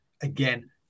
again